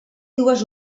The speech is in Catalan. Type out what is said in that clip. dues